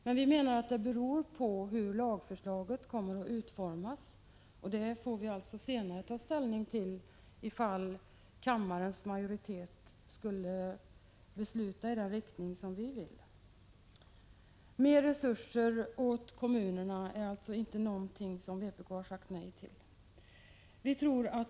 Men vi anser att de riskerna är beroende av hur ett lagförslag kommer att utformas, och då får vi ta ställning senare, ifall kammarens majoritet skulle besluta i den riktning som vi vill. Mer resurser till kommunerna är alltså inte någonting som vpk har sagt nej till.